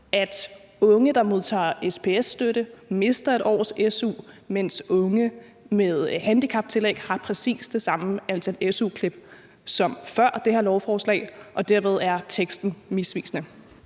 at unge, der modtager SPS-støtte, mister et års su, mens unge med handicaptillæg har præcis det samme antal su-klip som før det her lovforslag, og dermed er teksten misvisende.